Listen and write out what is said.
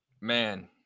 Man